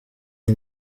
iyi